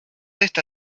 está